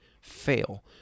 fail